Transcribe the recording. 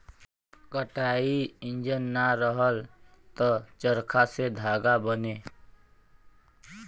कताई इंजन ना रहल त चरखा से धागा बने